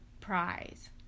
prize